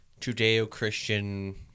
Judeo-Christian